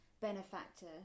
benefactor